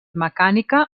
mecànica